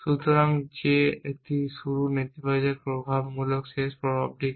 সুতরাং যে একটি শুরু নেতিবাচক প্রভাব মূলত শেষ প্রভাব কি